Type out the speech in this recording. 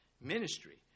ministry